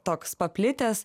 toks paplitęs